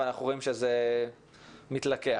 אנחנו רואים שהעניין מתלקח,